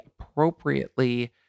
appropriately